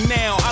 now